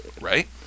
Right